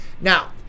Now